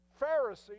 Pharisee